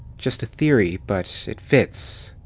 just a theory, but it fits.